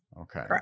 Okay